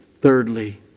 Thirdly